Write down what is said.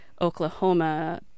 Oklahoma